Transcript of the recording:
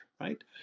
right